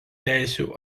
teisių